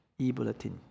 eBulletin